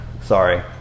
Sorry